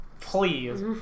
please